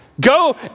go